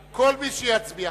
שיצביע, כל מי שיצביע.